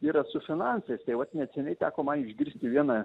yra su finansais tai vat neseniai teko man išgirsti vieną